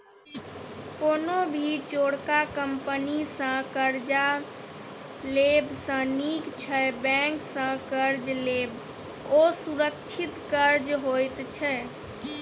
कोनो भी चोरका कंपनी सँ कर्जा लेब सँ नीक छै बैंक सँ कर्ज लेब, ओ सुरक्षित कर्ज होइत छै